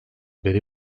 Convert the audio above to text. beri